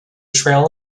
trail